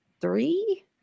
three